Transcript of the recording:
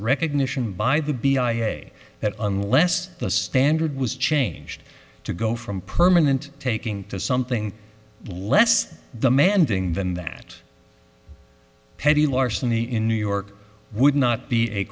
recognition by the b i a that unless the standard was changed to go from permanent taking to some less demanding than that petty larceny in new york would not be a